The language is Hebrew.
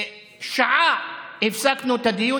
לשעה הפסקנו את הדיון.